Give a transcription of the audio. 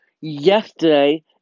yesterday